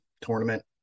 Tournament